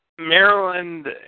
Maryland